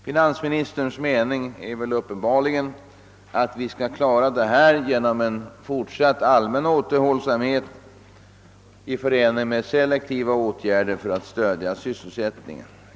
Finansministerns mening är tydligen att vi skall klara den uppkomna situationen genom en fortsatt allmän återhållsamhet i förening med selektiva åtgärder för att stödja sysselsättningen.